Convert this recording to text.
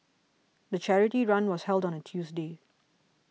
the charity run was held on a Tuesday